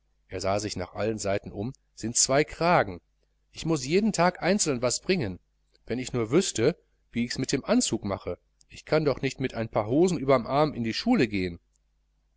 er sah sich nach allen seiten um sind zwei kragen ich muß jeden tag einzeln was bringen wenn ich nur wüßte wie ichs mit dem anzug mache ich kann doch nicht mit ein paar hosen überm arm in die schule gehn